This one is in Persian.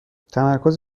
تمرکز